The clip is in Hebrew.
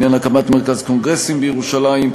בעניין הקמת מרכז קונגרסים בירושלים,